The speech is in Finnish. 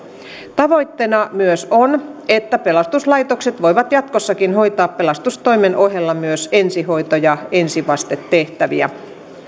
tavoitteena myös on että pelastuslaitokset voivat jatkossakin hoitaa pelastustoimen ohella myös ensihoito ja ensivastetehtäviä